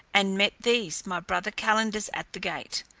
and met these my brother calenders at the gate,